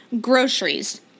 groceries